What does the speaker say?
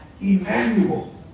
Emmanuel